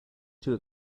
too